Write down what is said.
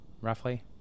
roughly